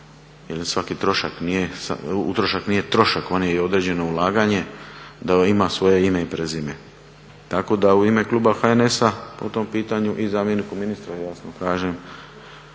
nije, utrošak nije trošak, on je i određeno ulaganje, da on ima svoje ime i prezime. Tako da u ime kluba HNS-a po tom pitanju, i zamjeniku ministra jasno kažem